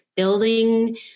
building